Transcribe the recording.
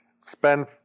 spend